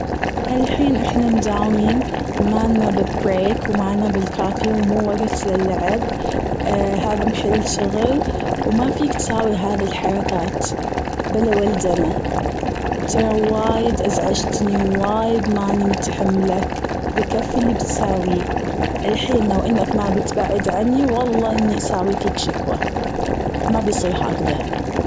هالحين إحنا مداومين مالنا بال break ومالنا بال cafe ومو وقت للعب، هذا محل شغل وما فيك تساوي هذي الحركات، بلا ولدلنه! ترى وايد ازعجتني وايد مأني متحملاك بكفي اللي بتساويه، الحين لو أنك ما بتبعد عني والله أني أساوي فيك شكوى، ما بصير هكذا!